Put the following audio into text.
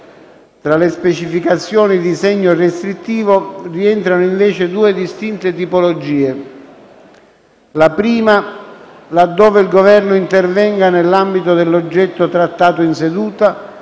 Tra le specificazioni di segno restrittivo rientrano invece due distinte tipologie. La prima: laddove il Governo intervenga nell'ambito dell'oggetto trattato in seduta,